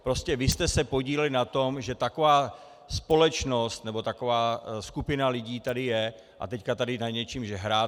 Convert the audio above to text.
Prostě vy jste se podíleli na tom, že taková společnost nebo taková skupina lidí tady je, a teď tady nad něčím žehráte.